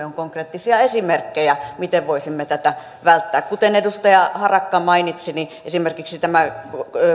on konkreettisia esimerkkejä miten voisimme tätä välttää kuten edustaja harakka mainitsi niin esimerkiksi tämä